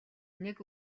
нэг